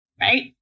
Right